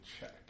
check